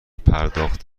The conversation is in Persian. پرداخت